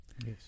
Yes